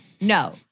no